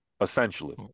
essentially